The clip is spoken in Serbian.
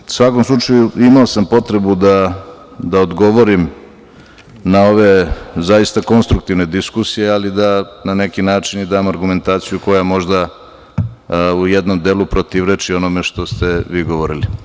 U svakom slučaju, imao sam potrebu da odgovorim na ove zaista konstruktivne diskusije, ali da na neki način i dam argumentaciju koja je možda u jednom delu protivreči onome što ste vi govorili.